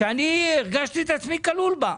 אני הרגשתי את עצמי כלול בה.